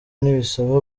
ntibisaba